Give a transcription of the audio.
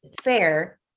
Fair